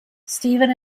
steven